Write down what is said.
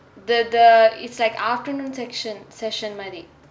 the the it's like afternoon section session மாரி:maari